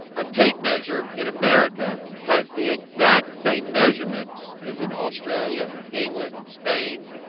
a tape measure in america has the exact same measurement as in australia, england spain